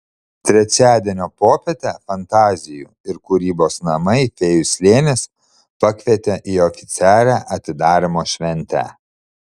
trečiadienio popietę fantazijų ir kūrybos namai fėjų slėnis pakvietė į oficialią atidarymo šventę